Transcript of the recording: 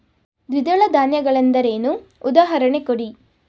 ದ್ವಿದಳ ಧಾನ್ಯ ಗಳೆಂದರೇನು, ಉದಾಹರಣೆ ಕೊಡಿ?